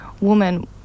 woman